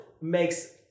makes –